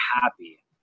happy